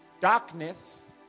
darkness